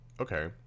Okay